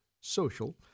social